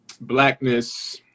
blackness